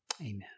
Amen